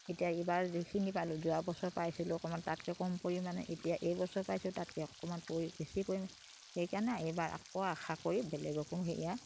এতিয়া এইবাৰ যিখিনি পালোঁ যোৱা বছৰ পাইছিলোঁ অকমান তাতকে কম পৰিমাণে এতিয়া এইবছৰ পাইছিলোঁ তাতকে অকমান পৰি বেছি পৰিমাণে সেইকাৰণে এইবাৰ আকৌ আশা কৰি বেলেগকো সেয়া